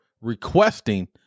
requesting